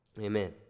Amen